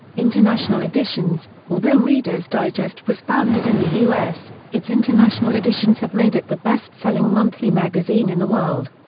international editions although reader's digest was founded in the u s, its international editions have made it the best-selling monthly magazine in the world.